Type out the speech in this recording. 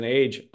age